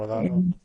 השאלה איך מסתדרים.